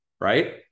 right